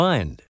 Mind